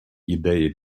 ідеї